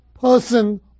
person